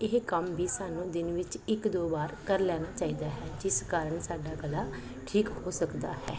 ਇਹ ਕੰਮ ਵੀ ਸਾਨੂੰ ਦਿਨ ਵਿੱਚ ਇੱਕ ਦੋ ਵਾਰ ਕਰ ਲੈਣਾ ਚਾਹੀਦਾ ਹੈ ਜਿਸ ਕਾਰਨ ਸਾਡਾ ਗਲਾ ਠੀਕ ਹੋ ਸਕਦਾ ਹੈ